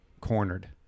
cornered